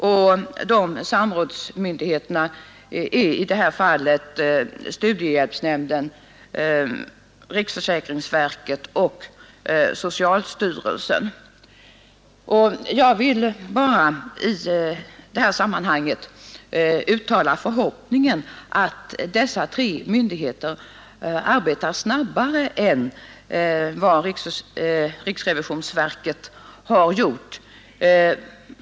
Dessa samrådsmyndigheter är centrala studiehjälpsnämnden, riksförsäkringsverket och socialstyrelsen, Jag vill i detta sammanhang bara uttala förhoppningen att dessa tre myndigheter skall arbeta snabbare än vad riksrevisionsverket gjort.